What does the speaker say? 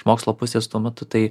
mokslo pusės tuo metu tai